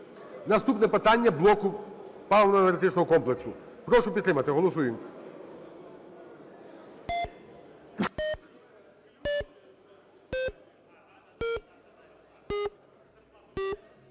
Наступне питання блоку паливо-енергетичного комплексу. Прошу підтримати, голосуємо.